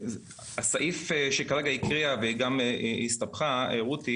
הסעיף שהיא כרגע הקריאה וגם הסתבכה רותי